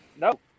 Nope